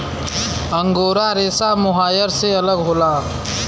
angora रेसा mohair से अलग होला